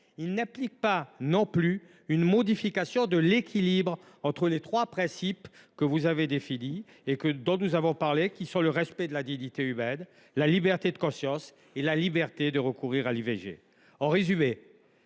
Il ne prévoit pas non plus une modification de l’équilibre entre les trois principes que vous avez définis et dont nous avons parlé, à savoir le respect de la dignité humaine, la liberté de conscience et la liberté de recourir à l’IVG. En résumé,